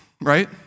right